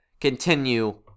continue